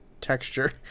texture